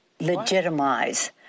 legitimize